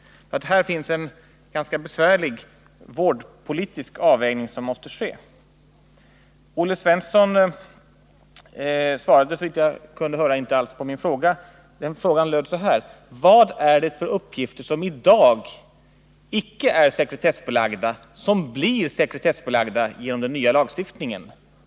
Här måste det bli en ganska besvärlig vårdpolitisk avvägning. Olle Svensson svarade, såvitt jag kunde höra, inte alls på min fråga. Den löd: Vad är det för uppgifter som i dag icke är sekretessbelagda men som blir det genom den nya lagstiftningen?